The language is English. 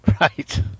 right